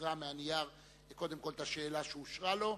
שיקרא מהנייר קודם כול את השאלה שאושרה לו.